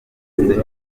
serivisi